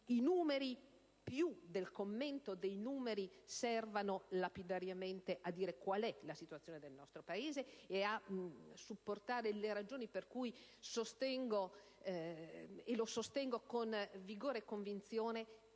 i numeri, più che il commento degli stessi, servano lapidariamente a dire qual è la situazione del nostro Paese e a supportare le ragioni per cui sostengo con vigore e convinzione